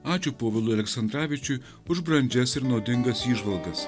ačiū povilui aleksandravičiui už brandžias ir naudingas įžvalgas